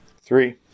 Three